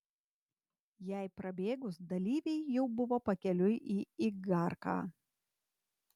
jai prabėgus dalyviai jau buvo pakeliui į igarką